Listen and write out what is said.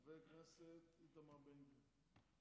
חבר הכנסת איתמר בן גביר.